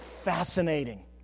fascinating